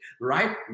right